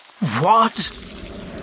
What